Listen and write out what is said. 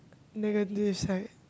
negative side